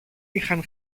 είχαν